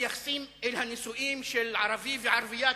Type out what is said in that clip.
מתייחסים אל הנישואים של ערבי וערבייה